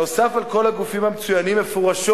נוסף על כל הגופים המצוינים מפורשות